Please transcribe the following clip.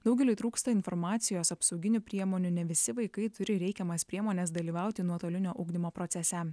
daugeliui trūksta informacijos apsauginių priemonių ne visi vaikai turi reikiamas priemones dalyvauti nuotolinio ugdymo procese